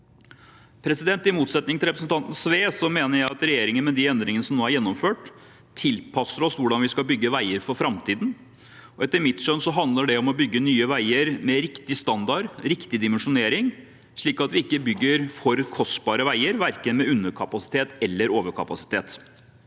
framtidsrettet. I motsetning til representanten Sve mener jeg at regjeringen, med de endringene som nå er gjennomført, tilpasser oss hvordan vi skal bygge veier for framtiden. Etter mitt skjønn handler det om å bygge nye veier med riktig standard, riktig dimensjonering, slik at vi ikke bygger for kostbare veier, verken med underkapasitet eller med overkapasitet.